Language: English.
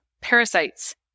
parasites